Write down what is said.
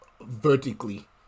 vertically